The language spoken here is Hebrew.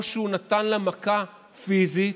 או שהוא נתן לה מכה פיזית,